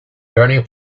burning